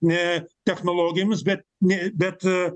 ne technologijoms bet ne bet